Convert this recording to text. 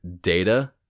Data